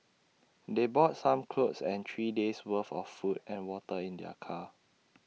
they brought some clothes and three days' worth of food and water in their car